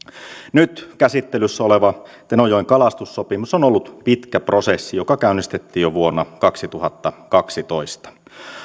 nyt käsittelyssä oleva tenojoen kalastussopimus on ollut pitkä prosessi joka käynnistettiin jo vuonna kaksituhattakaksitoista